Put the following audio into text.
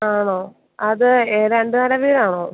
ആണോ അത് രണ്ടു നില വീടാണോ